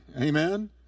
Amen